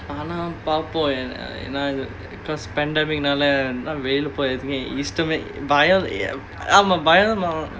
ஆனா பாப்போம்:aanaa paappom because pandemic நாலா வெளியே போறதுக்கே இஷ்டமே பயம் ஆமா பயமா:naala veliyae porathukkae ishtamae bayam aamaa bayamaa